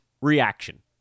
reaction